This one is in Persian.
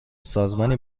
سازمانی